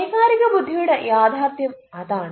വൈകാരിക ബുദ്ധിയുടെ യാഥാർഥ്യം അതാണ്